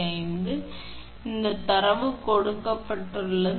85 இந்தத் தரவு கொடுக்கப்பட்டுள்ளது